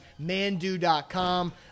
mandu.com